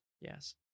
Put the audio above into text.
yes